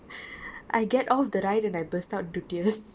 I get off the ride and I burst out into tears